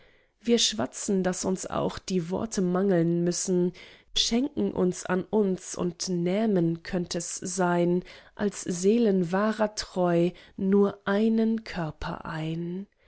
wir schwatzen daß uns auch die worte mangeln müssen wir schenken uns an uns und nähmen könnt es sein als seelen wahrer treu nur einen körper ein